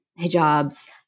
hijabs